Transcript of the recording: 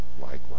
likewise